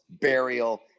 burial